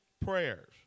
prayers